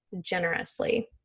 generously